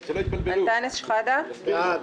אנטאנס שחאדה בעד.